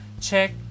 check